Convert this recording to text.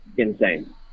Insane